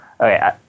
okay